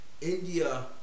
India